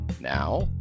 Now